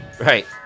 Right